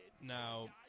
now